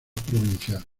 provincial